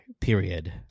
Period